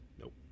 Nope